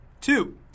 Two